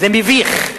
זה מביך.